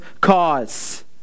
cause